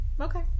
Okay